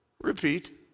Repeat